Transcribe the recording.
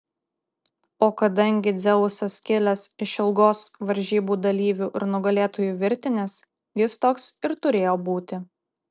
o kadangi dzeusas kilęs iš ilgos varžybų dalyvių ir nugalėtojų virtinės jis toks ir turėjo būti